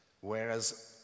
whereas